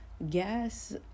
Gas